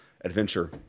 adventure